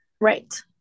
right